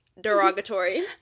Derogatory